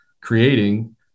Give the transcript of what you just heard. creating